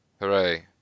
hooray